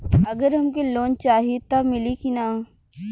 अगर हमके लोन चाही त मिली की ना?